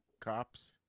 Cops